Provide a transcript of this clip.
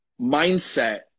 mindset